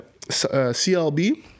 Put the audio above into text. CLB